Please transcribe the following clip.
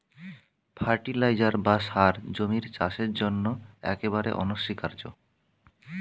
fertiliser বা সার জমির চাষের জন্য একেবারে অনস্বীকার্য